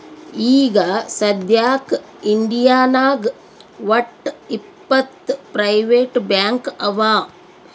ಈಗ ಸದ್ಯಾಕ್ ಇಂಡಿಯಾನಾಗ್ ವಟ್ಟ್ ಇಪ್ಪತ್ ಪ್ರೈವೇಟ್ ಬ್ಯಾಂಕ್ ಅವಾ